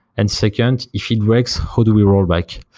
and second, if it breaks how do we roll back?